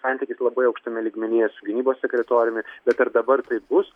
santykis labai aukštame lygmenyje su gynybos sekretoriumi bet ar dabar taip bus